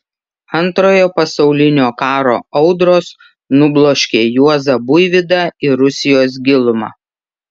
antrojo pasaulinio karo audros nubloškė juozą buivydą į rusijos gilumą